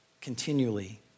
continually